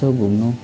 यसो घुम्नु